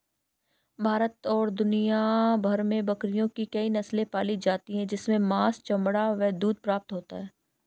भारत और दुनिया भर में बकरियों की कई नस्ले पाली जाती हैं जिनसे मांस, चमड़ा व दूध प्राप्त होता है